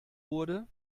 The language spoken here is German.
wurde